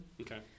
Okay